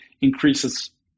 increases